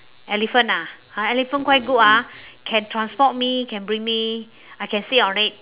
elephant ah uh elephant quite good ah can transport me can bring me I can sit on it